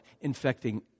infecting